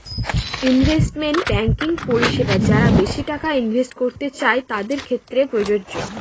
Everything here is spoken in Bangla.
ইনভেস্টমেন্ট ব্যাঙ্কিং পরিষেবা যারা বেশি টাকা ইনভেস্ট করতে চাই তাদের ক্ষেত্রে প্রযোজ্য